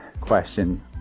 question